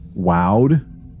wowed